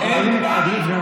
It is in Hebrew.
אדוני סגן השר,